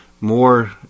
more